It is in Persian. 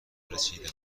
رسیدم